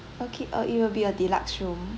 okay uh it will be a deluxe room